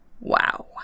wow